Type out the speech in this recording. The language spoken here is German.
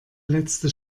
letzte